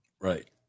right